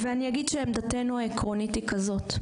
אני אגיד שעמדתנו העקרונית היא כזאת,